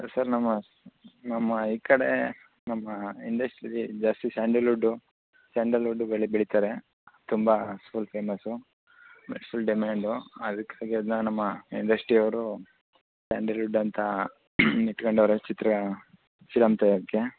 sir ನಮ್ಮ ನಮ್ಮ ಈ ಕಡೆ ನಮ್ಮ ಇಂಡಸ್ಟ್ರೀಲಿ ಜಾಸ್ತಿ ಸ್ಯಾಂಡಲ್ವುಡ್ದು ಸ್ಯಾಂಡಲ್ವುಡ್ದು ಬೆಳೆ ಬೆಳೀತಾರೆ ತುಂಬ ಫುಲ್ ಫೇಮಸ್ಸು ಮತ್ತು ಫುಲ್ ಡಿಮ್ಯಾಂಡು ಅದಕ್ಕಾಗಿ ಅದನ್ನ ನಮ್ಮ ಇಂಡಸ್ಟ್ರಿ ಅವರು ಸ್ಯಾಂಡಲ್ವುಡ್ ಅಂತ ಇಟ್ಕೊಂಡವ್ರೆ ಚಿತ್ರ ಫಿಲಂ ತೆಗ್ಯೋಕ್ಕೆ